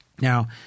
Now